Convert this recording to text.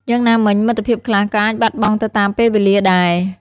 យ៉ាងណាមិញ មិត្តភាពខ្លះក៏អាចបាត់បង់ទៅតាមពេលវេលាដែរ។